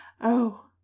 Oh